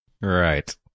Right